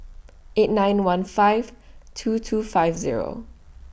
eight nine one five two two five Zero